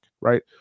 right